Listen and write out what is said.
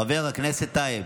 חבר הכנסת טייב,